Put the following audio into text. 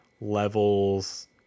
levels